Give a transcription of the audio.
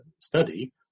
study